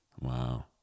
Wow